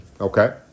Okay